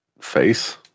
face